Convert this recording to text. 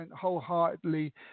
wholeheartedly